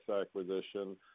acquisition –